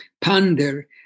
ponder